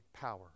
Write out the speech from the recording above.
power